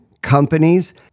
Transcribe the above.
companies